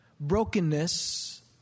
Brokenness